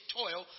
toil